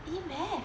E math